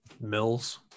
Mills